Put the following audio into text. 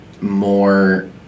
more